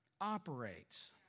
operates